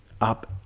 up